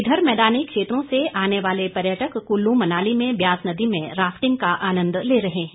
इधर मैदानी क्षेत्रों से आने वाले पर्यटक कुल्लू मनाली में ब्यास नदी में राफ्टिंग आनंद ले रहे हैं